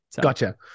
Gotcha